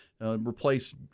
Replace